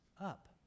up